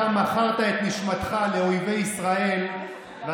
אתה מכרת את נשמתך לאויבי ישראל.